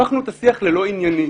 הפכנו את השיח ללא ענייני,